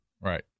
Right